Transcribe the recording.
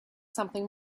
something